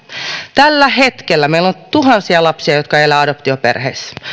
tällä hetkellä meillä on tuhansia lapsia jotka elävät adoptioperheissä